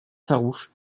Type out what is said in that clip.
farouche